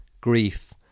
grief